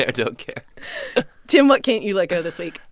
ah don't care tim, what can't you let go this week?